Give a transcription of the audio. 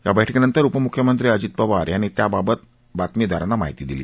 या बैठकीनंतर उपमुख्यमंत्री अजित पवार यांनी त्यावाबत बातमीदारांना माहिती दिली